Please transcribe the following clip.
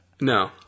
No